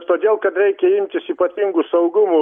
todėl kad reikia imtis ypatingų saugumo